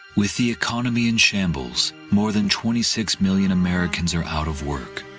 with the economy in shambles, more than twenty six million americans are out of work.